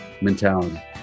mentality